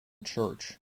church